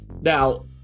Now